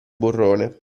burrone